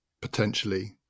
potentially